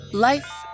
Life